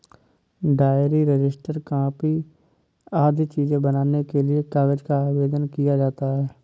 diary, register, copy आदि चीजें बनाने के लिए कागज का आवेदन किया जाता है